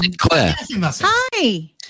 Hi